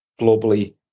globally